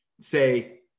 say